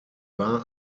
war